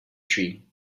tree